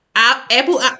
Apple